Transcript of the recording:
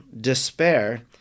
despair